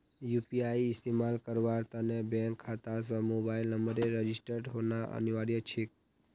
UPI इस्तमाल करवार त न बैंक खाता स मोबाइल नंबरेर रजिस्टर्ड होना अनिवार्य छेक